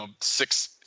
six